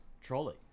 trolley